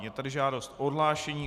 Je tady žádost o odhlášení.